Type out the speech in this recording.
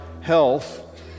health